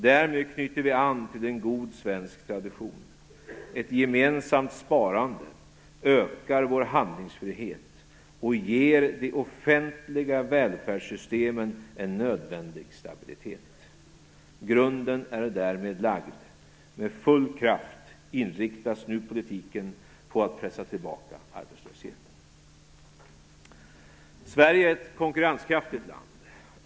Därmed knyter vi an till en god svensk tradition. Ett gemensamt sparande ökar vår handlingsfrihet och ger de offentliga välfärdssystemen en nödvändig stabilitet. Grunden är därmed lagd. Med full kraft inriktas nu politiken på att pressa tillbaka arbetslösheten. Sverige är ett konkurrenskraftigt land.